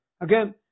Again